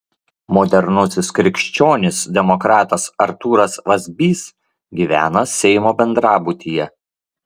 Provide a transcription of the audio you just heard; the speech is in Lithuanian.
modernusis krikščionis demokratas artūras vazbys gyvena seimo bendrabutyje